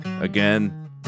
Again